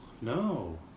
No